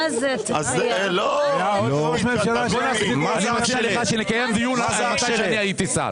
מה דעתך שנקיים דיון על שהייתי שר.